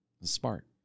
Smart